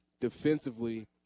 defensively